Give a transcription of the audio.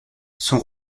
son